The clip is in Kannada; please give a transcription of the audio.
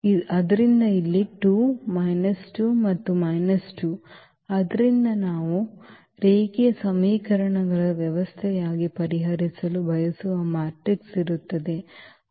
ಆದ್ದರಿಂದ ಇಲ್ಲಿ ಈ 2 ಮೈನಸ್ 2 ಮತ್ತು ಮೈನಸ್ 2 ಆದ್ದರಿಂದ ನಾವು ರೇಖೀಯ ಸಮೀಕರಣಗಳ ವ್ಯವಸ್ಥೆಯಾಗಿ ಪರಿಹರಿಸಲು ಬಯಸುವ ಮ್ಯಾಟ್ರಿಕ್ಸ್ ಇರುತ್ತದೆ